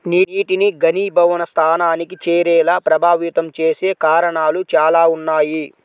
నీటిని ఘనీభవన స్థానానికి చేరేలా ప్రభావితం చేసే కారణాలు చాలా ఉన్నాయి